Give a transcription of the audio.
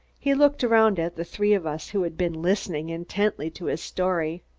he looked around at the three of us who had been listening intently to his story.